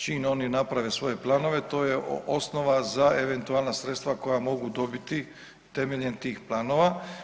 Čim oni naprave svoje planove to je osnova za eventualna sredstva koja mogu dobiti temeljem tih planova.